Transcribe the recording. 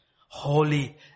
Holy